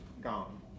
gone